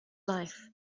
life